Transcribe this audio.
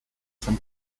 from